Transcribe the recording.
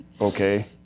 okay